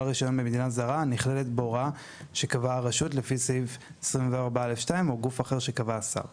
רישיון במדינה זרה שקבעה הרשות לפי סעיף 24(א2) או גוף אחר שקבע השר ;